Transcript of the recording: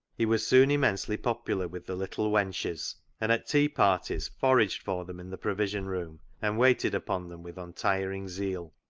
he was soon immensely popular with the little wenches, and at tea-parties foraged for them in the provision room, and waited upon them with untiring zeal.